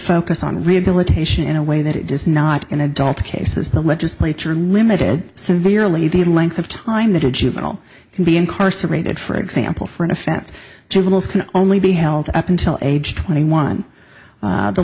focus on rehabilitation in a way that it does not in adult cases the legislature limited severely the length of time that a juvenile can be incarcerated for example for an offense juveniles can only be held up until age twenty one